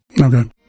Okay